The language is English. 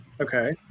Okay